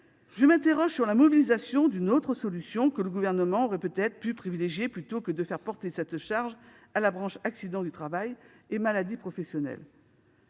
je m'interroge sur le recours à une autre solution que le Gouvernement aurait peut-être pu privilégier plutôt que de faire porter cette charge par la branche accidents du travail et maladies professionnelles.